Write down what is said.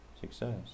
success